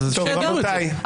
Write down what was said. רבותיי, תודה.